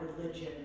religion